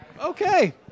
Okay